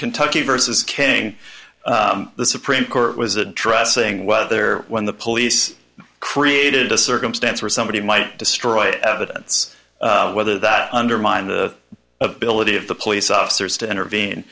kentucky versus king the supreme court was addressing whether when the police created a circumstance where somebody might destroy evidence whether that undermined the ability of the police officers to intervene